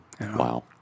Wow